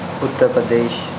Uttar Pradesh